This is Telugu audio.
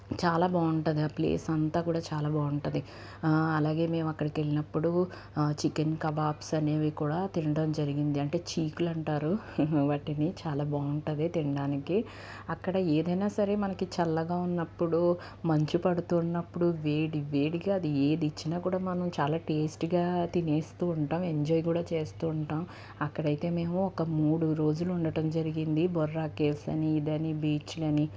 చాలా బాగుంటది ఆ ప్లేస్ అంతా కూడా చాలా బాగుంటుంది అలాగే మేము అక్కడికి వెళ్ళినప్పుడు చికెన్ కబాబ్స్ అనేవి కూడా తినడం జరిగింది అంటే చీకులు అంటారు వాటిని చాలా బాగుంటుంది తినడానికి అక్కడ ఏదైనా సరే మనకి చల్లగా ఉన్నప్పుడు మంచు పడుతున్నప్పుడు వేడివేడిగా అది ఏది ఇచ్చినా కూడా మనం చాలా టేస్టీగా తినేస్తూ ఉంటాం ఎంజాయ్ కూడా చేస్తూ ఉంటాం అక్కడైతే మేము ఒక మూడు రోజులు ఉండటం జరిగింది బుర్ర కేవ్సని అని ఇది అని బీచ్లని